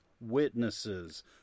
witnesses